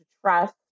trust